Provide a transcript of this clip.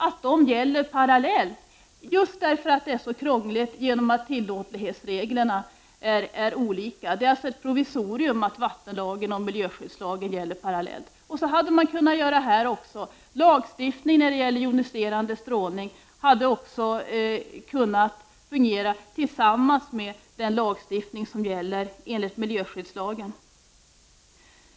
Det har för dem som ett provisorium föreskrivits att de skall gälla parallellt. Anledningen härtill är det krångliga läge som uppstått på grund av att tillåtlighetsreglerna är olika. Lagstiftningen om joniserande strålning hade kunnat fungera tillsammans med miljöskyddslagen.